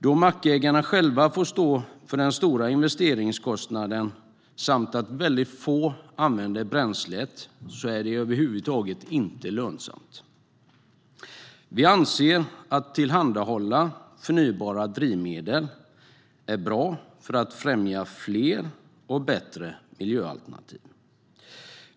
Då mackägarna själva får stå för den stora investeringskostnaden och väldigt få använder bränslet är det över huvud taget inte lönsamt. Vi anser att tillhandahållande av förnybara drivmedel är bra för att främja fler och bättre miljöalternativ.